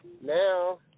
now